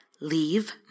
Leave